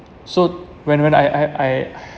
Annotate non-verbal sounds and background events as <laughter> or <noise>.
so when when I I I <breath>